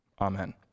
Amen